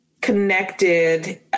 connected